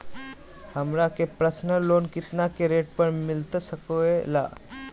हमरा के personal loan कितना के रेट पर मिलता सके ला?